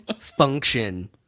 function